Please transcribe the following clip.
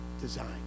design